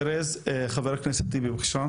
חבר הכנסת טיבי, בבקשה.